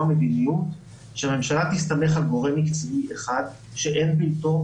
מדיניות שהממשלה תסתמך על גורם מקצועי אחד שאין בלתו,